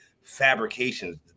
Fabrications